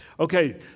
Okay